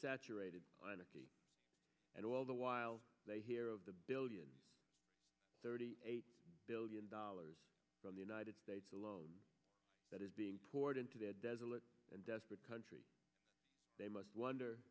saturated and all the while they hear of the billions thirty eight billion dollars from the united states alone that is being poured into their desolate and desperate country they must wonder